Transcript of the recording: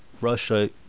Russia